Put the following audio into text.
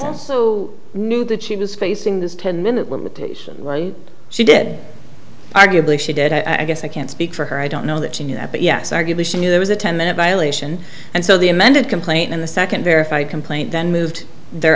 license so knew that she was facing this ten minute limitation she did arguably she did i guess i can't speak for her i don't know that she knew that but yes arguably she knew there was a ten minute violation and so the amended complaint in the second verify complaint then moved their